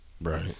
Right